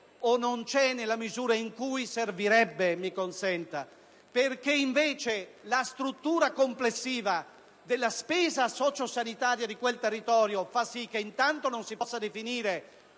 non c'è nella misura in cui servirebbe, mi consenta, perché la struttura complessiva della spesa socio-sanitaria di quel territorio fa sì che non si possa definire,